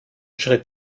schritt